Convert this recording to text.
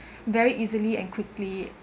very easily and quickly